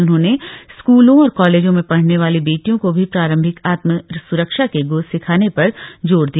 उन्होंने स्कूलों और कॉलेजों में पढ़ने वाली बेटियों को भी प्रारम्भिक आत्म स्रक्षा के ग्र सिखाने पर जोर दिया